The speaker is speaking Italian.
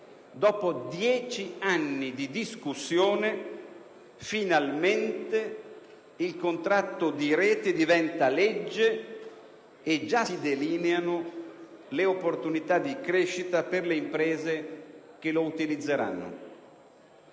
Dopo dieci anni di discussione finalmente il contratto di rete diventa legge e già si delineano le opportunità di crescita per le imprese che lo utilizzeranno.